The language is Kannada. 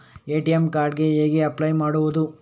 ಎ.ಟಿ.ಎಂ ಕಾರ್ಡ್ ಗೆ ಹೇಗೆ ಅಪ್ಲೈ ಮಾಡುವುದು?